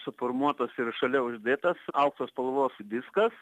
suformuotas ir šalia uždėtas aukso spalvos diskas